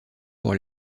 pour